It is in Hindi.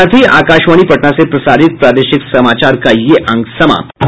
इसके साथ ही आकाशवाणी पटना से प्रसारित प्रादेशिक समाचार का ये अंक समाप्त हुआ